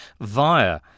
via